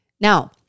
Now